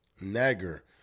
Nagger